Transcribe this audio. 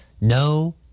No